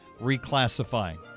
reclassifying